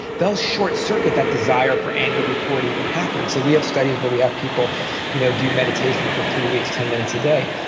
they'll short circuit that desire for anger before it even happens. so we have studies where we have people you know do meditation for three weeks, ten minutes a day.